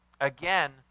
again